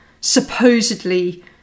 supposedly